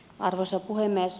arvoisa puhemies